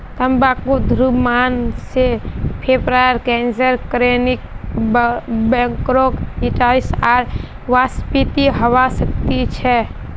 तंबाकू धूम्रपान से फेफड़ार कैंसर क्रोनिक ब्रोंकाइटिस आर वातस्फीति हवा सकती छे